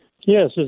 Yes